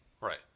Right